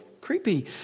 creepy